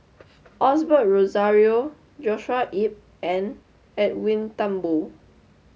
Osbert Rozario Joshua Ip and Edwin Thumboo